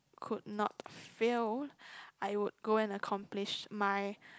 could not fail I would go and accomplish my